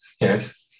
yes